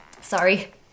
Sorry